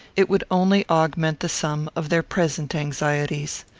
it would only augment the sum of their present anxieties.